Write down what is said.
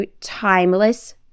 timeless